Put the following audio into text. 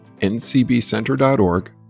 ncbcenter.org